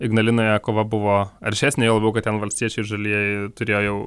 ignalinoje kova buvo aršesnė juo labiau kad ten valstiečiai ir žalieji turėjo jau